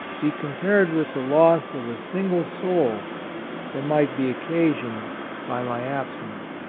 be compared with the loss of a single soul that might be occasioned by my absence.